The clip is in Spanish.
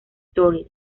story